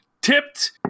tipped